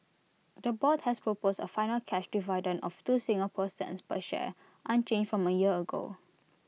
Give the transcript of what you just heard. the board has proposed A final cash dividend of two Singapore cents per share unchanged from A year ago